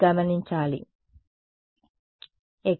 విద్యార్థి x x